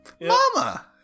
Mama